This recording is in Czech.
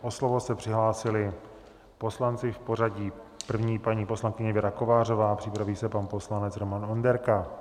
O slovo se přihlásili poslanci v pořadí první paní poslankyně Věra Kovářová, připraví se pan poslanec Roman Onderka.